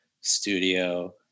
studio